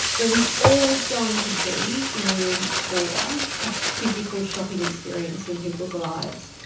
there is always going to be room for a physical shopping experience in people's lives.